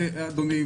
אדוני,